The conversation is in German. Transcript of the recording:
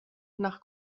nach